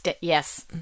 yes